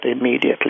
immediately